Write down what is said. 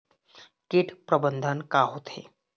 कीट प्रबंधन का होथे?